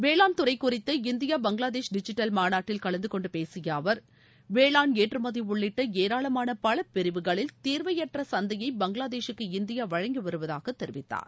வேளாண் துறை குறித்த இந்தியா பங்களாதேஷ் டிஜிட்டல் மாநாட்டில் கலந்தகொண்டு பேசிய அவர் வேளான் ஏற்றுமதி உள்ளிட்ட ஏராளமான பல பிரிவுகளில் தீர்வையற்ற சந்தையை பங்களாதேஷுக்கு இந்தியா வழங்கி வருவதாகத் தெரிவித்தார்